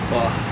!whoa!